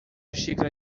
xícara